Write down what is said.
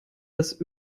das